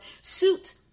suit